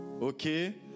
Okay